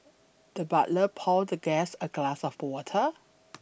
the butler poured the guest a glass of water